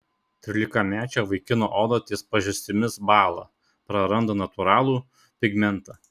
trylikamečio vaikino oda ties pažastimis bąla praranda natūralų pigmentą